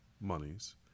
monies